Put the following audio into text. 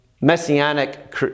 Messianic